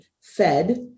fed